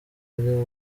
ari